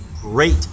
great